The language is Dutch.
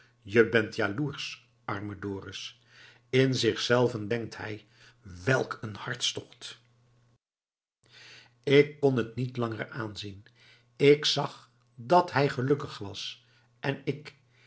je bent jaloersch arme dorus in zichzelven denkt hij welk een hartstocht ik kon het niet langer aanzien ik zag dat hij gelukkig was en ik